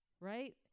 right